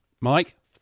Mike